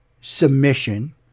submission